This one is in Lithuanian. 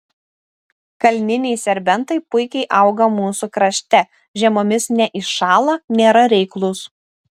kalniniai serbentai puikiai auga mūsų krašte žiemomis neiššąla nėra reiklūs